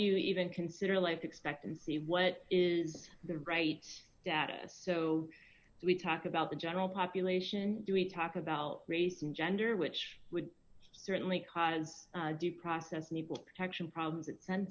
you even consider life expectancy what is the right status so we talk about the general population do we talk about race and gender which would certainly cause due process and equal protection problems at